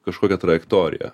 kažkokia trajektorija